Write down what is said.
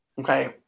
Okay